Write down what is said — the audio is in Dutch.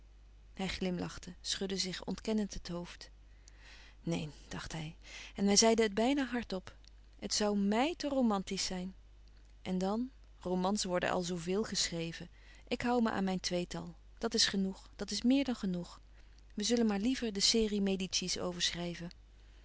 hij glimlachte schudde zich ontkennend het hoofd neen dacht hij en hij zeide het bijna hard-op het zoû mij te romantiesch zijn en dan romans worden al zoo veel geschreven ik hoû me aan mijn tweetal dat is genoeg dat is meer dan genoeg we zullen maar liever de serie